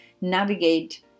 navigate